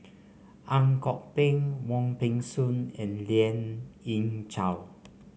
Ang Kok Peng Wong Peng Soon and Lien Ying Chow